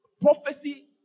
prophecy